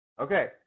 Okay